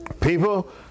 People